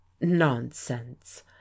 Nonsense